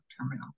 terminal